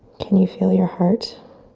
can you feel your heart?